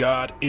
God